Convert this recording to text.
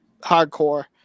hardcore